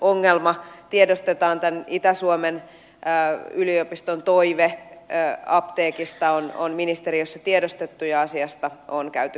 ongelma tiedostetaan itä suomen yliopiston toive apteekista on ministeriössä tiedostettu ja asiasta on käyty